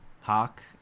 Hawk